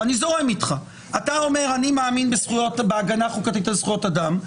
זורם איתך - ואתה אומר: אני מאמין בהגנה חוקתית על זכויות אדם,